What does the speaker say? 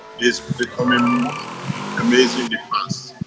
is becoming amazingly fast.